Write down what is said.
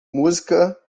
música